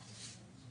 ההסתייגות לא התקבלה.